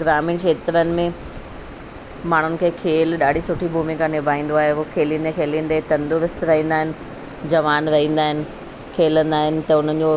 ग्रामीण खेत्रनि में माण्हुनि खे खेल ॾाढी सुठी भुमिका निभाईंदो आहे उहो खेलींदे खेलींदे तंदुरुस्त रहींदा आहिनि जवान रहींदा आहिनि खेलंदा आहिनि त उन जो